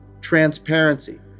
transparency